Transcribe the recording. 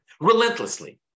relentlessly